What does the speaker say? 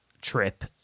trip